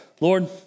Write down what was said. Lord